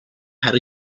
had